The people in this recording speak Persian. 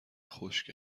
خشک